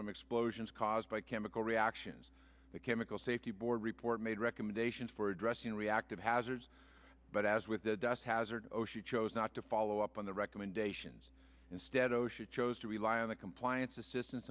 from explosions caused by chemical reactions the chemical safety board report made recommendations for addressing reactive hazards but as with the dust hazard oshie chose not to follow up on the recommendations instead osha chose to rely on the compliance assistance